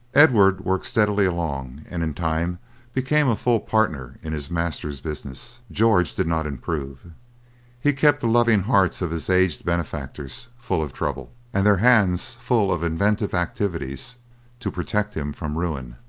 edward worked steadily along, and in time became a full partner in his master's business. george did not improve he kept the loving hearts of his aged benefactors full of trouble, and their hands full of inventive activities to protect him from ruin.